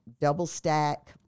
double-stack